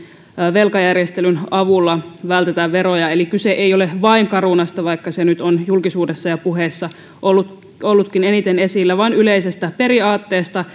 velkajärjestelyn avulla vältetään veroja eli kyse ei ole vain carunasta vaikka se nyt on julkisuudessa ja puheissa ollutkin ollutkin eniten esillä vaan yleisestä periaatteesta